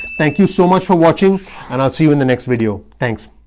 thank you so much for watching and i'll see you in the next video. thanks.